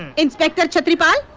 inspector chhatripal!